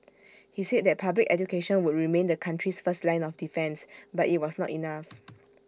he said that public education would remain the country's first line of defence but IT was not enough